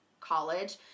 college